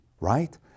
Right